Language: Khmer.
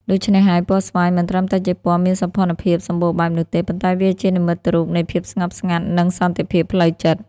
ដូច្នះហើយពណ៌ស្វាយ មិនត្រឹមតែជាពណ៌មានសោភ័ណភាពសម្បូរបែបនោះទេ ប៉ុន្តែវាជានិមិត្តរូបនៃ ភាពស្ងប់ស្ងាត់និង សន្តិភាពផ្លូវចិត្ត។